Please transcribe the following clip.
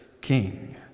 King